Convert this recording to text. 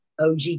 OG